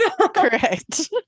Correct